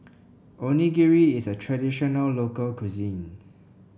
onigiri is a traditional local cuisine